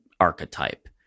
archetype